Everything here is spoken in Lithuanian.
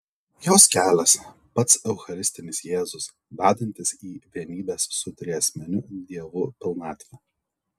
jos kelias pats eucharistinis jėzus vedantis į vienybės su triasmeniu dievu pilnatvę